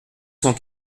cent